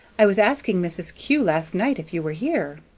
i was asking mrs. kew last night if you were here.